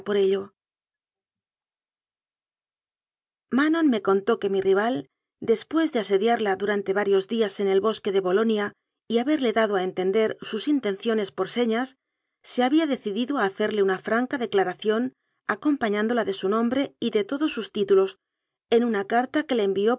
ello manon me contó que mi rival después de ase diarla durante varios días en el bosque de bolonia y haberle dado a entender sus intenciones por señas se había decidido a hacerle una franca declaración acompañándola de su nombre y de todos sus títu los en una carta que le envió